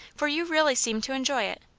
for you really seem to enjoy it.